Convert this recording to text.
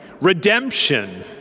redemption